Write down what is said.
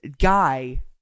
guy